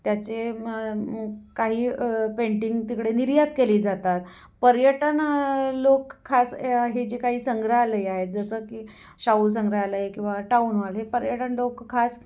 त्याचे मग काही पेंटिंग तिकडे निर्यात केली जातात पर्यटन लोक खास हे जे काही संग्रहालय आहेत जसं की शाहू संग्रहालय किंवा टाऊन हॉल हे पर्यटन लोकं खास